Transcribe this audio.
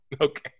Okay